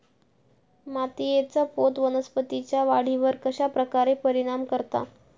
मातीएचा पोत वनस्पतींएच्या वाढीवर कश्या प्रकारे परिणाम करता?